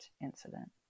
incident